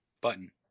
button